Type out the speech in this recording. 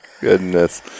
goodness